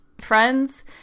friends